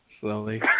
slowly